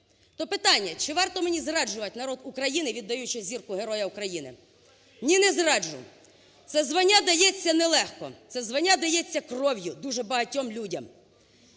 То питання: чи варто мені зраджувати народ України, віддаючи Зірку Героя України? Ні, не зраджу. Це звання дається нелегко, це звання дається кров'ю дуже багатьом людям.